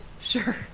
Sure